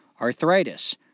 arthritis